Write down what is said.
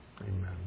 Amen